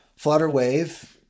Flutterwave